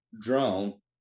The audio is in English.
drone